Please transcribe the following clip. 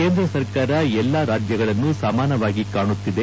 ಕೇಂದ್ರ ಸರ್ಕಾರ ಎಲ್ಲಾ ರಾಜ್ಜಗಳನ್ನು ಸಮಾನವಾಗಿ ಕಾಣುತ್ತಿದೆ